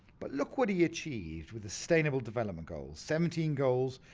but look what he achieved with the sustainable development goal, seventeen goals,